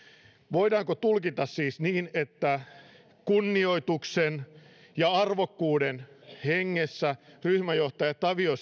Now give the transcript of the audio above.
voidaanko tulkita siis niin että kunnioituksen ja arvokkuuden hengessä ryhmänjohtaja tavio